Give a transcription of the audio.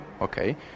Okay